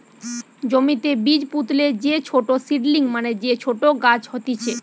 জমিতে বীজ পুতলে যে ছোট সীডলিং মানে যে ছোট গাছ হতিছে